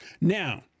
Now